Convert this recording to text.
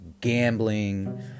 gambling